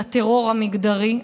לטרור המגדרי,